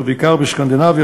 ובעיקר בסקנדינביה,